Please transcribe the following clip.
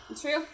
true